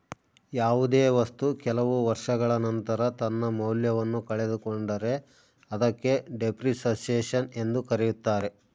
ಯಾವುದೇ ವಸ್ತು ಕೆಲವು ವರ್ಷಗಳ ನಂತರ ತನ್ನ ಮೌಲ್ಯವನ್ನು ಕಳೆದುಕೊಂಡರೆ ಅದಕ್ಕೆ ಡೆಪ್ರಿಸಸೇಷನ್ ಎಂದು ಕರೆಯುತ್ತಾರೆ